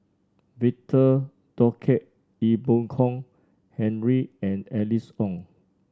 Victor Doggett Ee Boon Kong Henry and Alice Ong